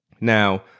Now